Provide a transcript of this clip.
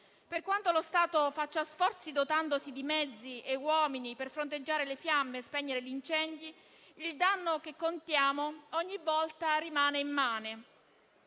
Per quanto lo Stato faccia sforzi, dotandosi di mezzi e uomini per fronteggiare le fiamme e spegnere gli incendi, il danno che contiamo ogni volta rimane immane.